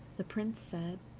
the prince said,